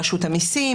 רשות המיסים,